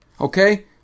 Okay